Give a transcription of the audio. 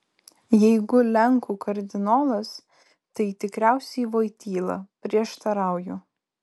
jeigu lenkų kardinolas tai tikriausiai voityla prieštarauju